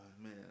man